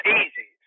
easy